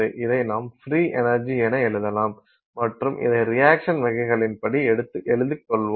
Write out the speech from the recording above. இதை நாம் free energy என எழுதலாம் மற்றும் இதை ரியாக்சன் வகைகளின்படி எழுதுக்கொள்வோம்